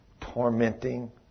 tormenting